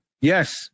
Yes